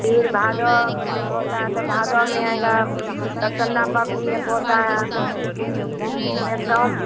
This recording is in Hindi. फिर भादों में होता है तो भादों में आएगा पवनी एक होता है उसमें सब